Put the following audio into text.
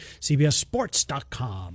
CBSSports.com